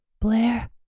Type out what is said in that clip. Blair